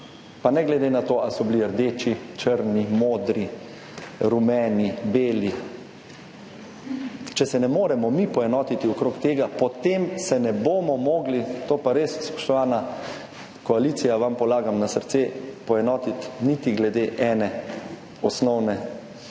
pa ne glede na to, ali so bili rdeči, črni, modri, rumeni, beli, če se ne moremo mi poenotiti okrog tega, potem se ne bomo mogli, to pa res, spoštovana koalicija, vam polagam na srce, poenotiti niti glede ene najbolj